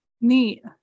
Neat